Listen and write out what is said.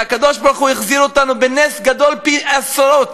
שהקדוש-ברוך-הוא החזיר אותנו בנס גדול פי-עשרות